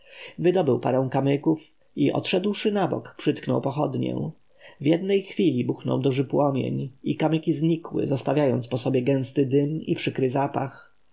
wydobył parę kamyków i odszedłszy na bok przytknął pochodnię w jednej chwili buchnął duży płomień i kamyki znikły zostawiając po sobie gęsty dym i przykry zapach